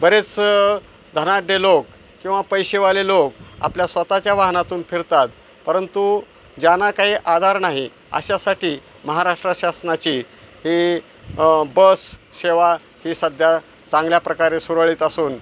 बरेच धनाढ्य लोक किंवा पैसेवाले लोक आपल्या स्वतःच्या वाहनातून फिरतात परंतु ज्याना काही आधार नाही अशासाठी महाराष्ट्र शासनाची ही बससेवा ही सध्या चांगल्या प्रकारे सुरळीत असून